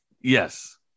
yes